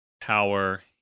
power